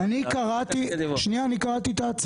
שנייה, אני קראתי את ההצעה.